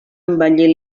embellir